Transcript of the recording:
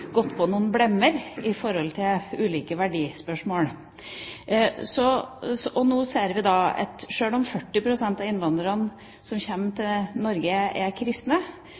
på noen blemmer i forhold til ulike verdispørsmål. Nå ser vi at selv om 40 pst. av innvandrerne som kommer til Norge, er kristne,